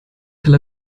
tel